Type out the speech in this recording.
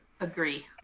agree